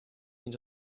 into